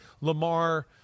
Lamar